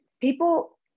people